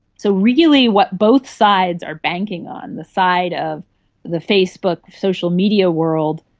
so really what both sides are banking on, the side of the facebook, social media world,